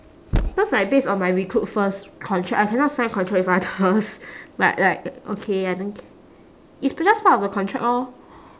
because like based on my recruitfirst contract I cannot sign contract with others like like okay I don't c~ it's just part of the contract lor